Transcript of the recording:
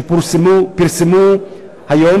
שפרסמו היום,